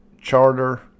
charter